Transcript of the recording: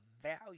value